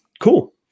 Cool